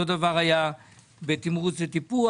אותו דבר היה בתמרוץ ופיקוח,